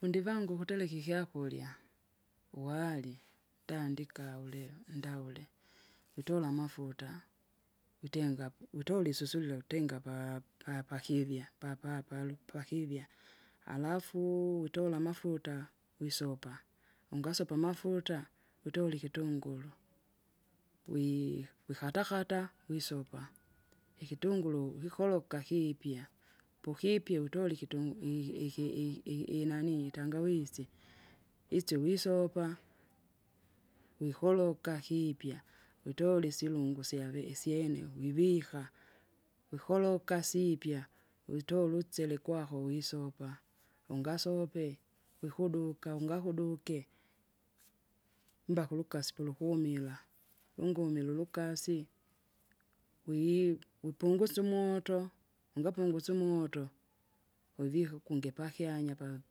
Fundi vangu ukutereka ikyakurya, uwari, ndandika ulu- ndaule, witola amafuta, witengapu witola isusulila utenga pa- papakivya papa- palu- pakivya, alafu witola amafuta wisopa, ungasopa ungasopa amafuta? witola ikitunguru, wi- wikatakata wisopa, ikitunguru wikoloka kiipya. Pokipye utole ikitungu- i- iki- i- i- inani itangawisi, isyo wisopa, wikoloka kiipya, witole isirungu isyave isyene wivika. Wikoloka sipya witola utschele kwako wosopa, ungasope kikuduka ungakuduke, mbaku ulukasi kulukumira, lungumile ulukasi, wii- wipungusye umoto, ungapungusye umoto wivika ukunge pakyanya pak-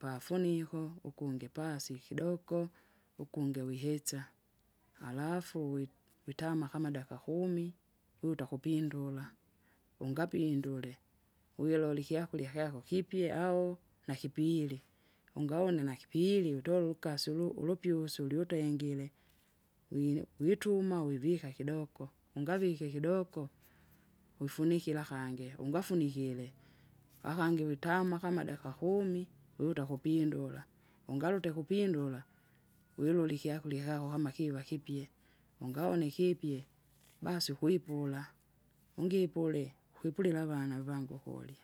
pafuniko ukungi pasi ikidoko, ukungi wihetsa, harafu wi- witama kama dakika kumi, kuwuta kupindula. Ungapindule! ugilole ikyakurya kyako kipye au nakipili. ungaona nakipili utole ulukasi ulu- ulupyusu ulwitengire, wine wituma wivika kidoko. ungavike kidoko, wifunikira kingi, ungafunikire akangi witama kama dakika kumi wiwuta kupindula, ungarute kupindula wilule ikyakurya kyako kama kiva kipye. Ungaone ikipye, basi ukwipula, ungipule, kwipulila avana avangu ukurya.